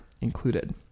included